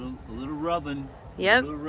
little rubbin yep.